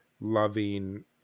loving